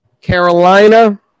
Carolina